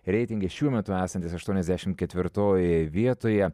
reitinge šiuo metu esantis aštuoniasdešimt ketvirtojoje vietoje